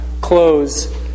close